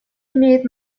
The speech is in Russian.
имеет